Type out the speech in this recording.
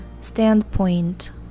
standpoint